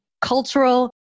cultural